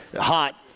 hot